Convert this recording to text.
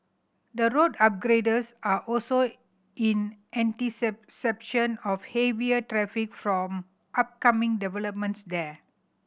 the road upgrades are also in of heavier traffic from upcoming developments there